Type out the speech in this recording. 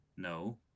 No